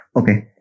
Okay